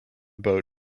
boat